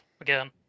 again